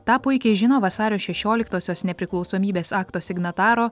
tą puikiai žino vasario šešioliktosios nepriklausomybės akto signataro